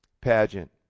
pageant